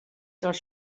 dels